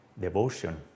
devotion